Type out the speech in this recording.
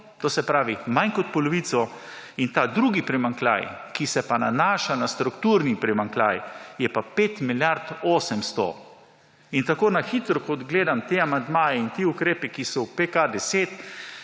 to se pravi, manj kot polovico in ta drugi primanjkljaj, ki se pa nanaša na strukturni primanjkljaj je pa 5 milijard 800 n tako na hitro kot gledam te amandmaje in ti ukrepi, ki so PKP 10,